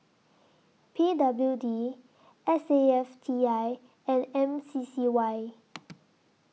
P W D S A F T I and M C C Y